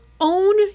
Own